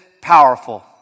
powerful